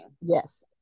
Yes